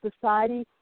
society